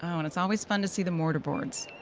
um and it's always fun to see the mortar boards.